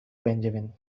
benjamin